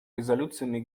резолюциями